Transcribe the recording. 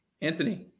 anthony